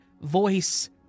voice